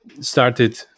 started